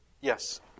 yes